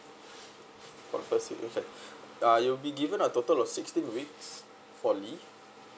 for the first weeks okay uh you'll be given a total of sixteen weeks for leave